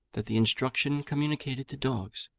that the instruction communicated to dogs,